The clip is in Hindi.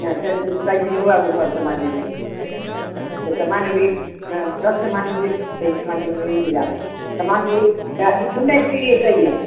हाँ सर बीस बाईस दिन हुआ गुरुवार सामान लेने तो सामान अभी हाँ रख सामान अभी मेरी सामान नहीं मिल है सामान पूरी जानती थोड़ी ना है कि यह सही है